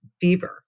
fever